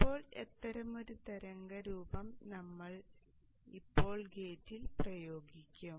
ഇപ്പോൾ അത്തരമൊരു തരംഗരൂപം ഞങ്ങൾ ഇപ്പോൾ ഗേറ്റിൽ പ്രയോഗിക്കും